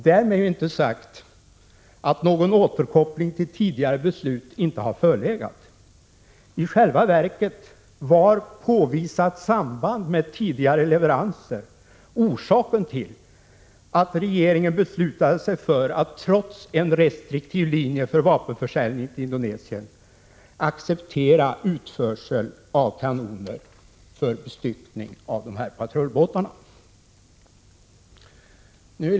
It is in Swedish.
Därmed är inte sagt att någon återkoppling till tidigare beslut inte förelegat. I själva verket var påvisat samband med tidigare leveranser orsaken till att regeringen beslutade sig för att trots en restriktiv linje för vapenförsäljning till Indonesien acceptera utförsel av kanoner för bestyckning av patrullbåtarna.